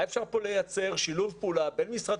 היה אפשר לייצר שיתוף פעולה בין משרד